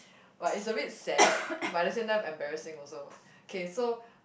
but it's a bit sad but at the same time embarrassing also okay so